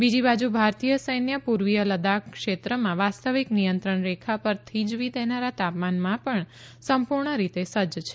બીજી બાજુ ભારતીય સૈન્ય પુર્વીય લદાખ ક્ષેત્રમાં વાસ્તવિક નિયંત્રણ રેખા પર થીજવી દેનારા તાપમાનમાં પણ સંપુર્ણ રીતે સજજ છે